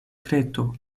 kreto